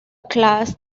class